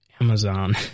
Amazon